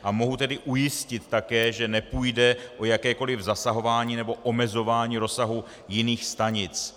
A mohu tedy ujistit také, že nepůjde o jakékoli zasahování nebo omezování rozsahu jiných stanic.